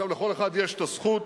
לכל אחד יש הזכות,